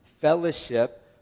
fellowship